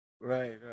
right